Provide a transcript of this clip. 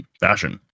fashion